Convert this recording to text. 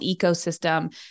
ecosystem